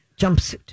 jumpsuit